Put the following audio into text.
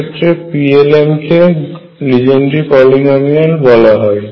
এক্ষেত্রে Plm কে Legendre polynomial বলা হয়